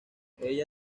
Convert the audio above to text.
ella